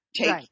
Take